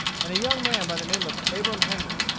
and a young man by the name of abram henry,